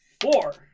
Four